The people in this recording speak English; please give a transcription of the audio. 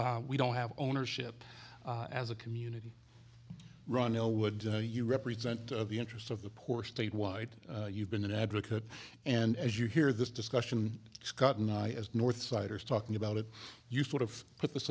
p we don't have ownership as a community run no would you represent the interests of the poor statewide you've been an advocate and as you hear this discussion scott and i as northside is talking about it you sort of put